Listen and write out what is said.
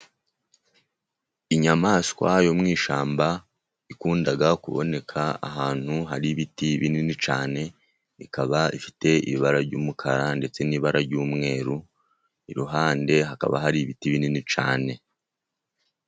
Inyamaswa yo mu ishyamba ikunda kuboneka ahantu hari ibiti binini cyane, ikaba ifite ibara ry'umukara, ndetse n'ibara ry'umweru, iruhande hakaba hari ibiti binini cyane.